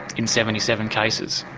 in seventy seven cases.